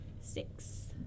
Six